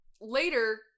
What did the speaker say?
Later